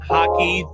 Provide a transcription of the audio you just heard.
Hockey